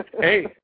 hey